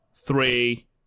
Three